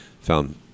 found